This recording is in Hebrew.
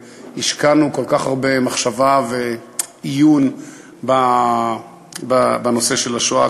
והשקענו כל כך הרבה מחשבה ועיון בנושא של השואה,